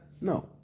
no